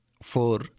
four